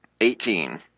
Eighteen